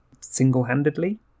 single-handedly